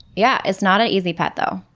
yeah, it's not an easy pet though.